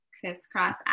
crisscross